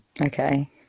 Okay